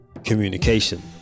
Communication